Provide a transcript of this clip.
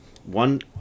one